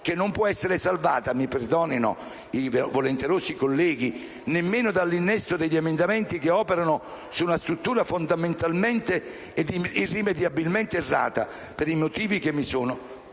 che non può essere salvata - mi perdonino i volenterosi colleghi - nemmeno dall'innesto degli emendamenti che operano su una struttura fondamentalmente ed irrimediabilmente errata, per i motivi che mi sono